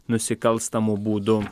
nusikalstamu būdu